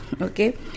okay